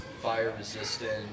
fire-resistant